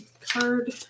card